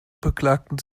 beklagten